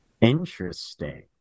interesting